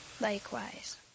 likewise